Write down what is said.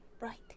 right